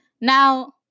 now